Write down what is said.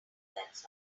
that’s